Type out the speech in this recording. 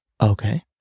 Okay